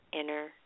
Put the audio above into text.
inner